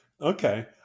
Okay